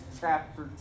chapter